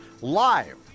live